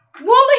Wally